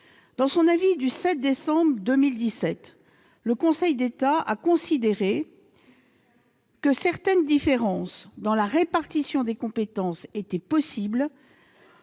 Dans son avis du 7 décembre 2017, le Conseil d'État a considéré que certaines différences dans la répartition des compétences étaient possibles,